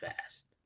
fast